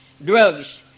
Drugs